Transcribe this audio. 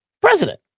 president